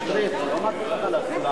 נתקבלה.